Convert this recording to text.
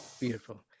beautiful